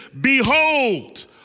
behold